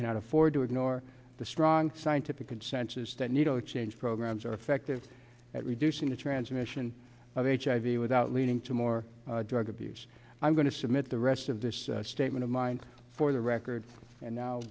cannot afford to ignore the strong scientific consensus that needle exchange programs are effective at reducing the transmission of hiv without leading to more drug abuse i'm going to submit the rest of this statement of mine for the record and now